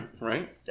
Right